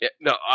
No